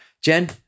Jen